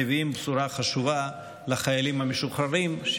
מביאים בשורה חשובה לחיילים המשוחררים.